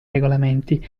regolamenti